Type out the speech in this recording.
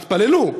התפללו.